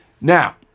Now